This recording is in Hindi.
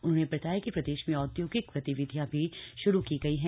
उन्होंने बताया कि प्रदेश में औद्योगिक गतिविधियां भी शुरू की गई हैं